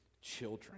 children